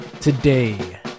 today